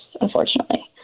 unfortunately